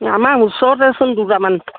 আমাৰ ওচৰতেচোন দুটামান